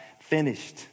finished